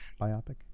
Biopic